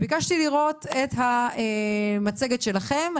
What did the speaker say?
ביקשתי לראות את המצגת שלכם.